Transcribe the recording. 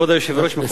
מכובדי השר,